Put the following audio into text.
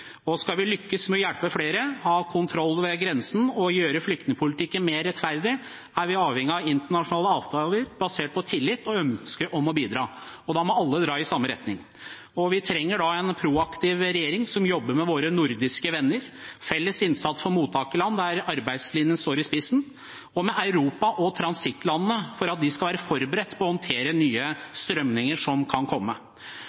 Skal vi lykkes med å hjelpe flere, ha kontroll ved grensen og gjøre flyktningpolitikken mer rettferdig, er vi avhengige av internasjonale avtaler basert på tillit og ønske om å bidra. Da må alle dra i samme retning. Vi trenger da en proaktiv regjering som jobber med våre nordiske venner, felles innsats for mottakerland der arbeidslinjen står i spissen, og med Europa og transittlandene for at de skal være forberedt på å håndtere